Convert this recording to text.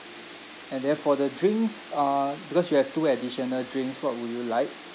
and then for the drinks uh because you have two additional drinks what would you like